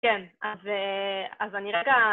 כן, אז אני רגע